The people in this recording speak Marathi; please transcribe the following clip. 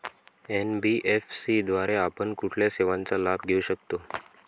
एन.बी.एफ.सी द्वारे आपण कुठल्या सेवांचा लाभ घेऊ शकतो?